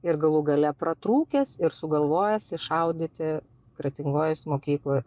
ir galų gale pratrūkęs ir sugalvojęs iššaudyti kretingos mokykloj